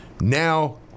Now